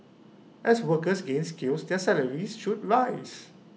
as workers gain skills their salaries should rise